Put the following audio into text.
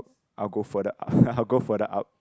I'll go further up I'll go further up